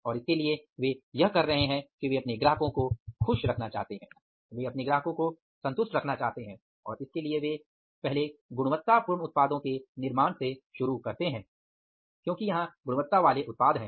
और इसके लिए वे यह कर रहे हैं कि वे अपने ग्राहकों को खुश रखना चाहते हैं वे अपने ग्राहकों को संतुष्ट रखना चाहते हैं और इसके लिए वे पहले गुणवत्ता वाले उत्पादों के निर्माण से शुरू करते हैं क्योंकि यहाँ गुणवत्ता वाले उत्पाद हैं